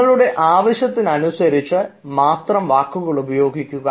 നിങ്ങളുടെ ആവശ്യത്തിനനുസരിച്ച് മാത്രം വാക്കുകൾ ഉപയോഗിക്കുക